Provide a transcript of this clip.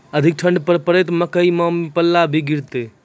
अधिक ठंड पर पड़तैत मकई मां पल्ला भी गिरते?